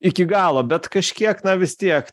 iki galo bet kažkiek na vis tiek